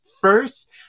First